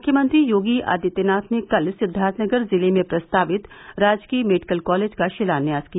मुख्यमंत्री योगी आदित्यनाथ ने कल सिद्दार्थनगर जिले में प्रस्तावित राजकीय मेडिकल कॉलेज का शिलान्यास किया